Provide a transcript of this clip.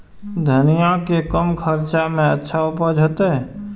धनिया के कम खर्चा में अच्छा उपज होते?